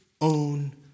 own